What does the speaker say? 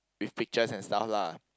with pictures and stuff lah